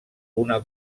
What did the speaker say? una